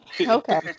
Okay